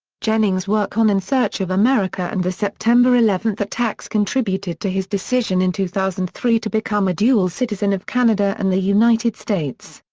jennings' work on in search of america and the september eleven attacks contributed to his decision in two thousand and three to become a dual citizen of canada and the united states.